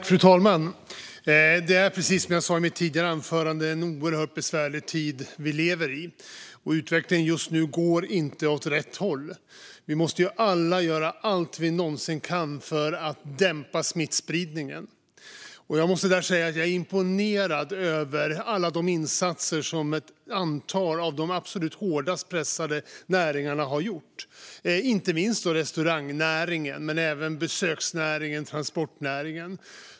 Fru talman! Det är precis som jag sa i mitt tidigare anförande i dag en oerhört besvärlig tid vi lever i. Utvecklingen just nu går inte åt rätt håll. Vi måste alla göra allt vi någonsin kan för att dämpa smittspridningen. Jag är imponerad av alla de insatser som ett antal av de absolut hårdast pressade näringarna har gjort. Det gäller inte minst restaurangnäringen men även besöksnäringen och transportnäringen.